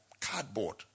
cardboard